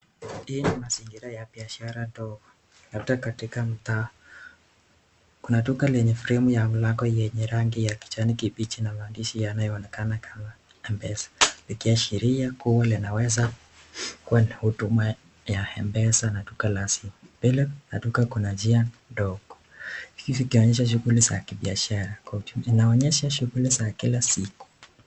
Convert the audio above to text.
hii ni mazingira ya biashara katika mtaa kuna duka lenye [frame] ya mlango yenye rangi ya kijani kibichi na maandishi yanayo onekana kama mpesa, wekea sheria kuwa linaweza kuwa na huduma la duka la mpesa na duka la simu, mbele ya duka kuna njia ndogo hivi ikionyesha shuguli za biashara kwa uchumi inaonyesha shuguli za kila siku